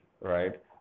right